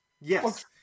Yes